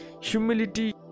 Humility